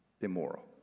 immoral